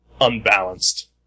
unbalanced